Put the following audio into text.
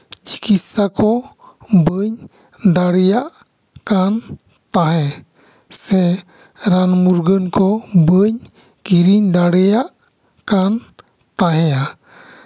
ᱪᱤᱠᱤᱛᱥᱟ ᱠᱚ ᱵᱟᱹᱧ ᱫᱟᱲᱮᱭᱟᱜ ᱠᱟᱱ ᱛᱟᱦᱮᱸᱜ ᱥᱮ ᱨᱟᱱ ᱢᱩᱨᱜᱟᱹᱱ ᱠᱚ ᱵᱟᱹᱧ ᱠᱤᱨᱤᱧ ᱫᱟᱲᱮᱭᱟᱜ ᱠᱟᱱ ᱛᱟᱦᱮᱸᱭᱟ